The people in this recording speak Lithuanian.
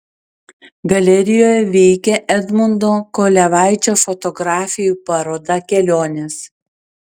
galerijoje veikia edmundo kolevaičio fotografijų paroda kelionės